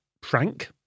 prank